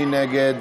מי נגד?